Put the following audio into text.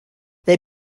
they